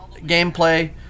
gameplay